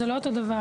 זה לא אותו דבר.